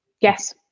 Yes